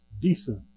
decent